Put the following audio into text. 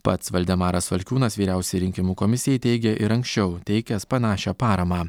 pats valdemaras valkiūnas vyriausiajai rinkimų komisijai teigė ir anksčiau teikęs panašią paramą